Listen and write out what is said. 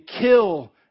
kill